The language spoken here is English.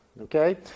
Okay